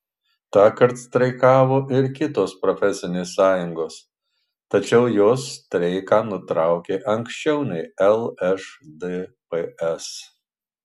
tąkart streikavo ir kitos profesinės sąjungos tačiau jos streiką nutraukė anksčiau nei lšdps